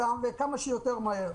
וכמה שיותר מהר.